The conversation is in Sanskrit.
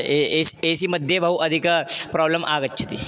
ए एस् एसिमध्ये बहु अधिकं प्राब्लम् आगच्छति